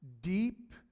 deep